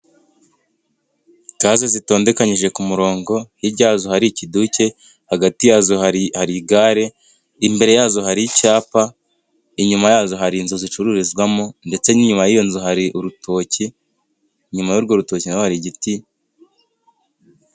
Gaze zitondekanyije ku murongo hijya yazo hari ikiduke, hagati yazo hari agare , imbere yazo hari icyapa, inyuma yazo hari inzu zicururizwamo ndetse n'inyuma y'iyo nzu hari urutoki, inyuma y'urwo rutoki naho hari igiti.